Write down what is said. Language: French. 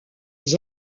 les